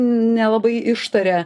nelabai ištaria